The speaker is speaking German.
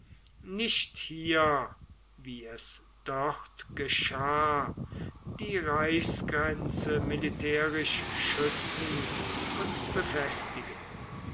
nicht hier wie es dort geschah die reichsgrenze militärisch schützen und befestigen